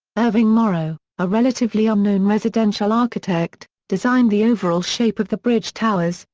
irving morrow, a relatively unknown residential architect, designed the overall shape of the bridge towers,